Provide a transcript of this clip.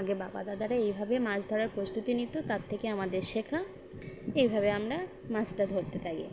আগে বাবা দাদারা এইভাবে মাছ ধরার প্রস্তুতি নিত তার থেকে আমাদের শেখা এইভাবে আমরা মাছটা ধরতে থাকি